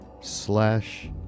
slash